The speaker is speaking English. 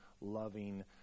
loving